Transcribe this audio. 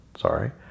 Sorry